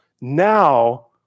now